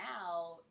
now